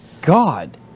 god